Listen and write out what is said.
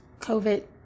COVID